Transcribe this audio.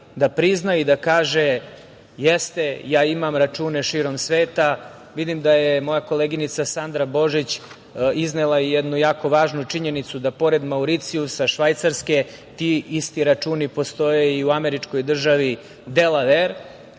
da prizna i da kaže – jeste, ja imam račune širom sveta. Vidim da je moja koleginica Sandra Božić iznela i jednu jako važnu činjenicu da pored Mauricijusa, Švajcarske, ti isti računi postoje i u američkoj državi Delaver.